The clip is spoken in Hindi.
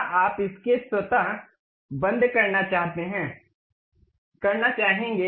क्या आप स्केच स्वतः बंद करना चाहेंगे